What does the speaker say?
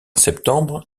septembre